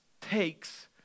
takes